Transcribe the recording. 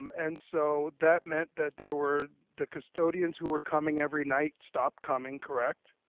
um and so that meant that there were the custodians who were coming every night stopped coming, correct.